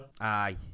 Aye